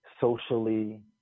socially